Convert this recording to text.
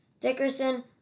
Dickerson